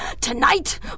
Tonight